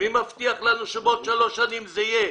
מי מבטיח לנו שבעוד שלוש שנים זה יהיה?